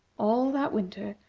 all that winter,